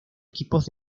equipos